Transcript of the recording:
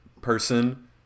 person